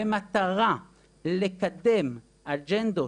במטרה לקדם אג'נדות,